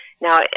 now